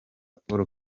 paul